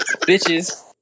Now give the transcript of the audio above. Bitches